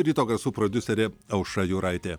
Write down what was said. ryto garsų prodiuserė aušra juraitė